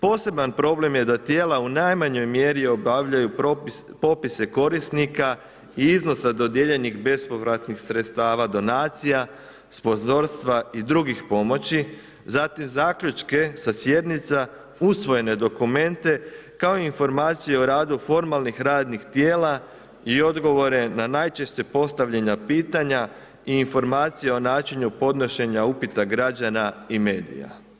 Poseban problem je da tijela u najmanjoj mjeri obavljaju popise korisnika i iznosa dodijeljenih bespovratnih sredstava, donacija, sponzorstva i drugih pomoći zatim zaključke sa sjednica usvojene dokumente kao i informacije o radu formalnih radnih tijela i odgovore na najčešće postavljena pitanja i informacije o načinu podnošenja upita građana i medija.